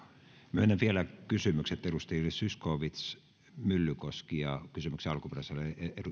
myönnän vielä kysymykset edustajille zyskowicz ja myllykoski ja kysymyksen alkuperäiselle